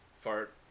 Fart